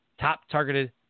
top-targeted